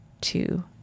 two